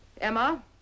Emma